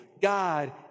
God